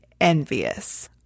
envious